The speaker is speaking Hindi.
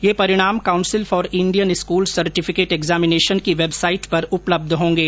ये परिणाम council for Indian school certificate examination की वेबसाइट पर उपलब्ध होंगे